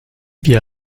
via